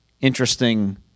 interesting